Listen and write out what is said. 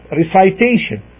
recitation